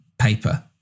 Paper